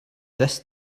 this